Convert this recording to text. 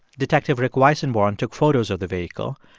detective rick weissenborn took photos of the vehicle.